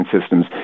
systems